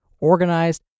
organized